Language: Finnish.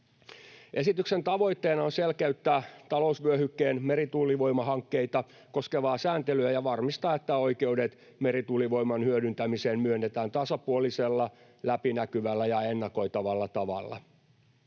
Esityksen tavoitteena on selkeyttää talousvyöhykkeen merituulivoimahankkeita koskevaa sääntelyä ja varmistaa, että oikeudet merituulivoiman hyödyntämiseen myönnetään tasapuolisella, läpinäkyvällä ja ennakoitavalla tavalla.